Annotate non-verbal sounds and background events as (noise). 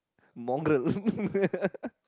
mongrel (laughs)